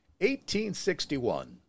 1861